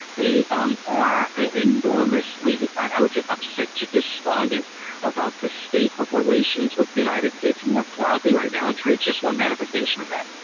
they um are ah enormously, i would say, upset to despondent about the state of relations with the united states more broadly right now. and trade's just one manifestation of that.